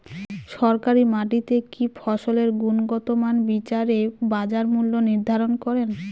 সরকারি মান্ডিতে কি ফসলের গুনগতমান বিচারে বাজার মূল্য নির্ধারণ করেন?